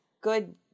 good